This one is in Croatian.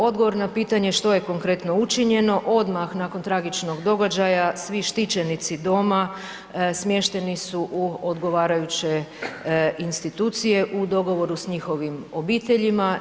Odgovor na pitanje što je konkretno učinjeno, odmah nakon tragičnog događaja svi štićenici doma smješteni su u odgovarajuće institucije u dogovoru s njihovim obiteljima.